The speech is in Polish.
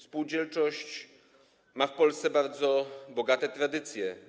Spółdzielczość ma w Polsce bardzo bogate tradycje.